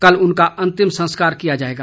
कल उनका अंतिम संस्कार किया जाएगा